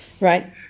Right